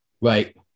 Right